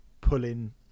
pulling